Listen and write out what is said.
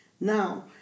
Now